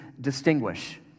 distinguish